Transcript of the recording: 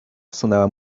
wsunęła